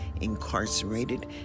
incarcerated